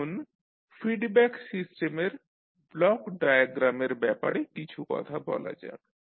এখন ফিডব্যাক সিস্টেমের ব্লক ডায়াগ্রামের ব্যাপারে কিছু কথা বলা যাক